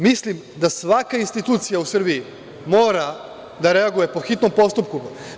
Mislim da svaka institucija u Srbiji mora da reaguje po hitnom postupku.